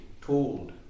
told